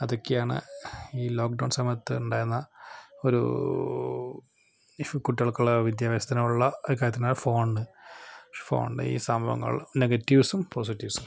അതൊക്കെയാണ് ഈ lockdown സമയത്ത് ഉണ്ടായിരുന്ന ഒരു ഇഷ്യൂ കുട്ടികൾക്കുള്ള വിദ്യാഭ്യാസത്തിനുള്ള ഒരു ഫോൺ ഫോണിൻ്റെ ഈ സംഭവങ്ങൾ നെഗറ്റീവ്സും പോസിറ്റീവ്സും